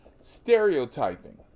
Stereotyping